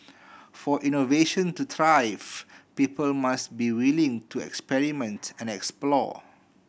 for innovation to thrive people must be willing to experiment and explore